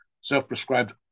self-prescribed